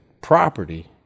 property